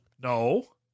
no